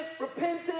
repentant